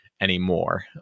anymore